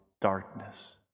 Darkness